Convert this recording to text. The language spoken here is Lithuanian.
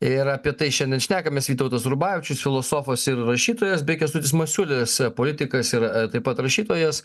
ir apie tai šiandien šnekamės vytautas urbavičius filosofas ir rašytojas bei kęstutis masiulis politikas yra taip pat rašytojas